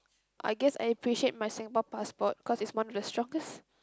I guess I appreciate my Singapore passport cause it's one of the strongest